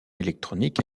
électronique